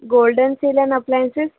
golden sil and appliances